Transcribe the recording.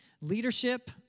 Leadership